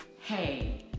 hey